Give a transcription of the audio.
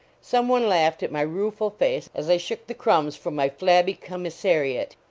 some one laughed at my rueful face as i shook the crumbs from my flabby commissariat.